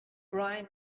brian